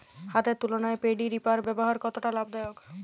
হাতের তুলনায় paddy reaper ব্যবহার কতটা লাভদায়ক?